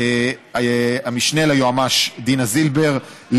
המשנה ליועמ"ש דינה זילבר,